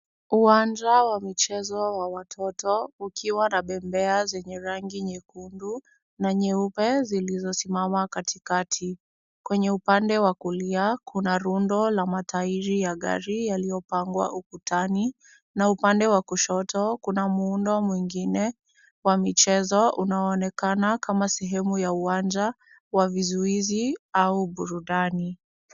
Uwanja wa michezo wa watoto ukiwa na bembea zenye rangi nyekundu na nyeupe zilizosimama katikati. Kwenye upande wa kulia kuna rundo la matairi ya gari yaliyopangwa ukutani na upande wa kushoto kuna muundo mwingine wa michezo unaoonekana kama sehemu ya uwanja wa vizuizi au burudani.